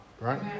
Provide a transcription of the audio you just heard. right